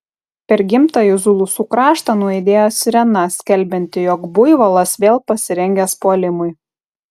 per gimtąjį zulusų kraštą nuaidėjo sirena skelbianti jog buivolas vėl pasirengęs puolimui